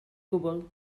gwbl